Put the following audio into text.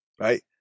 right